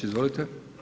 Izvolite.